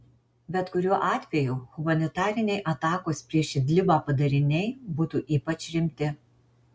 bet kuriuo atveju humanitariniai atakos prieš idlibą padariniai būtų ypač rimti